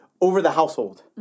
over-the-household